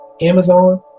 Amazon